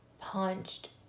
punched